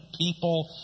people